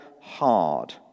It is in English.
hard